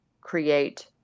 create